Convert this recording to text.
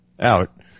out